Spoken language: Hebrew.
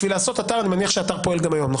אני מניח שהאתר פועל גם היום.